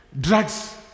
drugs